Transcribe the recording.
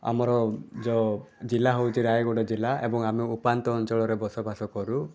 ଆମର ଯେଉଁ ଜିଲ୍ଲା ହେଉଛି ରାୟଗଡ଼ା ଜିଲ୍ଲା ଏବଂ ଆମେ ଉପାନ୍ତ ଅଞ୍ଚଳରେ ବସବାସ କରୁ